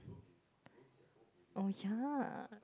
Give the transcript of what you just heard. oh ya